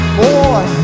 boy